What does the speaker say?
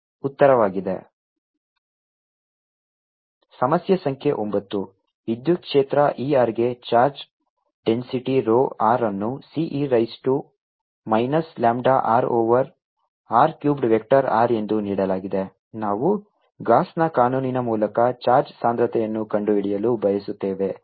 ds|outersurface4πCe λRdR4πCe λRe λdR4πCe λR1 λdR 4πCλe λRdR ಸಮಸ್ಯೆ ಸಂಖ್ಯೆ 9 ವಿದ್ಯುತ್ ಕ್ಷೇತ್ರ E r ಗೆ ಚಾರ್ಜ್ ಡೆನ್ಸಿಟಿ rho r ಅನ್ನು C e raise to minus lambda r over r cubed vector r ಎಂದು ನೀಡಲಾಗಿದೆ ನಾವು ಗಾಸ್ನ ಕಾನೂನಿನ ಮೂಲಕ ಚಾರ್ಜ್ ಸಾಂದ್ರತೆಯನ್ನು ಕಂಡುಹಿಡಿಯಲು ಬಯಸುತ್ತೇವೆ